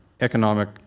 economic